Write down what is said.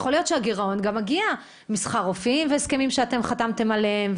יכול להיות שהגירעון מגיע גם משכר רופאים והסכמים שאתם חתמתם עליהם,